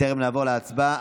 בטרם נעבור להצבעה.